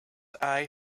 eye